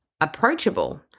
approachable